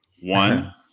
One